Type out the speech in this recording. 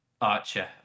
Archer